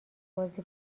بازی